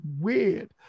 weird